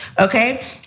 Okay